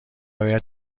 باید